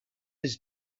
his